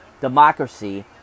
democracy